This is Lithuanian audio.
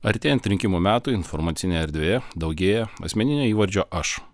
artėjant rinkimų metui informacinėje erdvėje daugėja asmeninio įvardžio aš